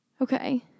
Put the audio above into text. Okay